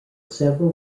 several